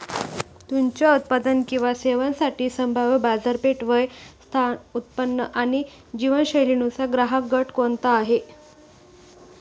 तुमच्या उत्पादन किंवा सेवांसाठी संभाव्य बाजारपेठ, वय, स्थान, उत्पन्न आणि जीवनशैलीनुसार ग्राहकगट कोणता आहे?